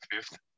fifth